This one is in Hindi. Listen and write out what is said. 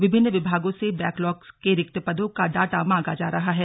विभिन्न विभागों से बैकलॉग के रिक्त पदों का डाटा मांगा जा रहा हैं